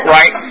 Right